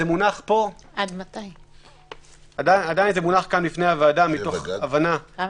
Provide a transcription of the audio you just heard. זה מונח כאן לפני הוועדה מתוך הבנה --- נקבע